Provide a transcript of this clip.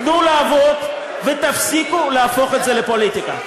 תנו לעבוד ותפסיקו להפוך את זה לפוליטיקה.